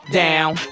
down